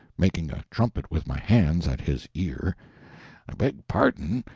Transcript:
making a trumpet with my hands at his ear i beg pardon,